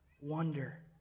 wonder